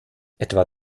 etwa